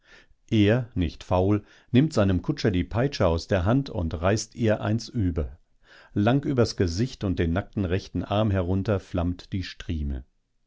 er nicht faul nimmt seinem kutscher die peitsche aus der hand und reißt ihr eins über lang übers gesicht und den nackten rechten arm herunter flammt die strieme